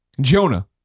Jonah